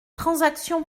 transactions